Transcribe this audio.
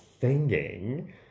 singing